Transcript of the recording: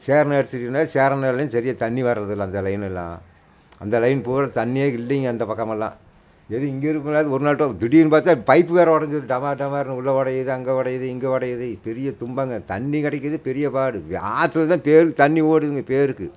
சேர் நகர் சேரன் நகர்லையும் சரியாக தண்ணி வர்றதில்லை அந்த லைன்னெல்லாம் அந்த லைன் பூராக தண்ணியே இல்லைங்க அந்த பக்கம் எல்லாம் எது இங்கே இருக்கிறவங்களாவது ஒரு நாள்கிட்ட திடீர்னு பார்த்தா பைப்பு வேற உடஞ்சிரும் டமார் டமார்னு உள்ள உடையிது அங்கே உடையிது இங்கே உடையிது பெரிய துன்பங்க தண்ணி கிடைக்கிறது பெரிய பாடு இங்கே ஆத்தில்தான் பேருக்கு தண்ணி ஓடுதுங்க பேருக்கு